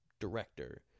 director